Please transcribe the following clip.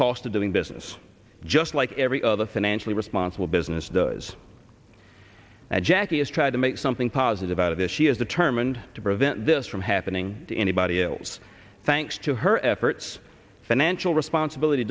cost of doing business just like every other financial responsible business does and jackie has tried to make something positive out of this she is determined to prevent this from happening to anybody else thanks to her efforts financial responsibility